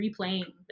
replaying